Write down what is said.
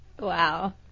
Wow